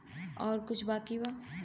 और कुछ बाकी बा?